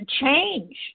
change